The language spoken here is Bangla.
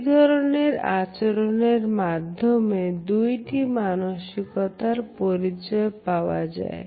এই ধরনের আচরণের মাধ্যমে দুইটি মানসিকতার পরিচয় পাওয়া যায়